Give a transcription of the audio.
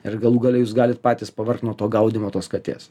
ir galų gale jūs galit patys pavargt nuo to gaudymo tos katės